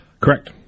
Correct